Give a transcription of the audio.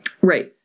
Right